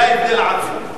זה ההבדל העצום.